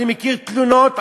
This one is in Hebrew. אני מכיר תלונות,